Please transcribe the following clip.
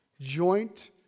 joint